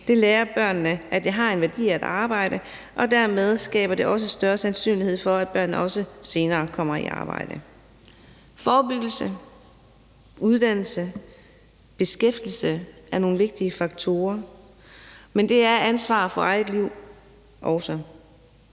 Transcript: Det lærer børnene, at det har en værdi at arbejde, og dermed skaber det også større sandsynlighed for, at børnene senere kommer i arbejde. Forebyggelse, uddannelse og beskæftigelse er nogle vigtige faktorer, men det er ansvar for eget liv også.